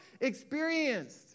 experienced